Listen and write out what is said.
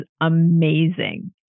amazing